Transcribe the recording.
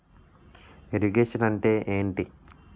Irrigation అంటే ఏంటీ?